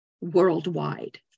worldwide